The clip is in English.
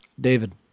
David